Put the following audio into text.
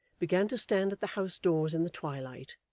began to stand at the house-doors in the twilight,